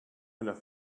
enough